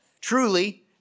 Truly